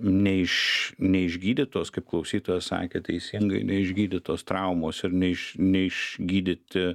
ne iš neišgydytos kaip klausytojas sakė teisingai neišgydytos traumos ir ne iš ne iš gydyti